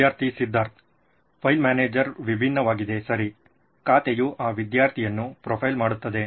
ವಿದ್ಯಾರ್ಥಿ Siddharth file manager ವಿಭಿನ್ನವಾಗಿದೆ ಸರಿ ಖಾತೆಯು ಆ ವಿದ್ಯಾರ್ಥಿಯನ್ನು ಪ್ರೊಫೈಲ್ ಮಾಡುತ್ತದೆ